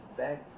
back